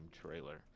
trailer